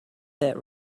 that